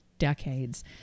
decades